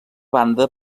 banda